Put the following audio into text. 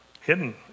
hidden